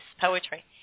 poetry